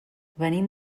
venim